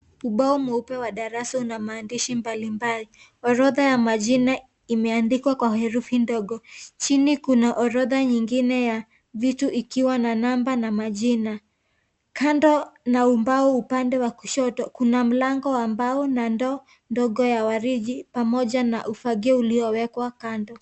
Ubao mweupe wa darasa una maandishi mbalimbali. Orodha ya majina imeandikwa kwa herufi ndogo . Chini kuna orodha nyingine ya vitu ikiwa na namba na majina. Kando na ubao upande wa kushoto kuna mlando wa mbao na ndoo ndogo ya waridi pamoja na ufagio uliowekwa kando.